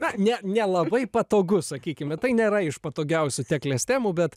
na ne nelabai patogu sakykime tai nėra iš patogiausių teklės temų bet